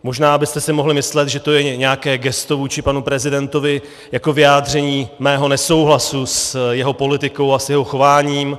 Možná byste si mohli myslet, že to je nějaké gesto vůči panu prezidentovi jako vyjádření mého nesouhlasu s jeho politikou a jeho chováním.